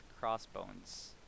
crossbones